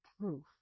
proof